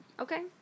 Okay